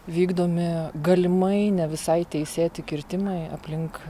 vykdomi galimai ne visai teisėti kirtimai aplink